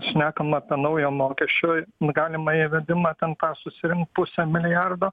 šnekam apie naujo mokesčiui galimą įvedimą ten tą susirinkt pusę milijardo